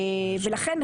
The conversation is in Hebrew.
ולכן,